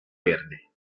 verde